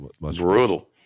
Brutal